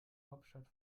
hauptstadt